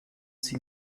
sie